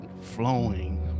flowing